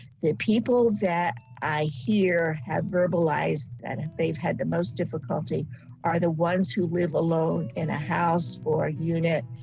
the people that i hear had verbalize that they've had the most difficulty are the ones who live alone in a house or unit.